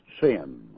sin